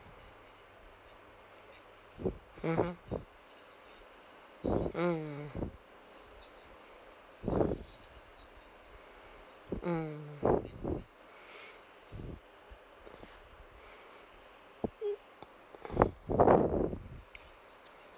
mmhmm mm mm